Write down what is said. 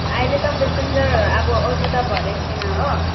अहिले त पेसेन्जर अब अटो त भरिएको छैन हो